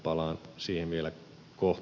palaan siihen vielä kohta